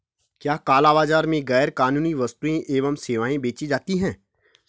क्या काला बाजार में गैर कानूनी वस्तुएँ एवं सेवाएं बेची जाती हैं?